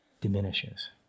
diminishes